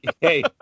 Hey